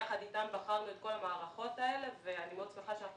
יחד אתם בחנו את כל המערכות האלה ואני מאוד שמחה שאנחנו